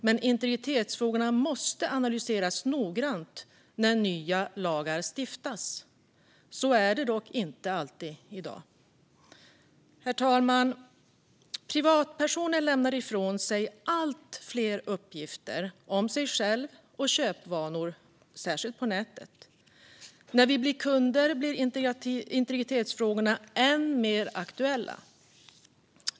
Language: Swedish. Men integritetsfrågorna måste analyseras noggrant när nya lagar stiftas. Så är det dock inte alltid i dag. Herr talman! Privatpersoner lämnar ifrån sig allt fler uppgifter om sig själva och sina köpvanor, särskilt på nätet. När vi blir kunder blir integritetsfrågorna än mer aktuella.